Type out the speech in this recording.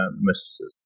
mysticism